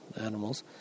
animals